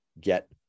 get